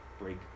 break